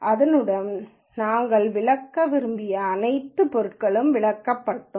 அதனுடன் நாங்கள் விளக்க விரும்பிய அனைத்து பொருட்களும் விளக்கப்பட்டிருக்கும்